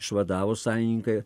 išvadavo sąjungininkai